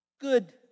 good